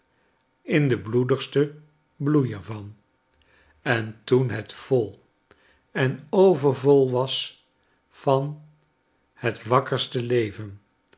in den bloedigsten bloei er van en toen het vol en overvol was van hetwakkerste leven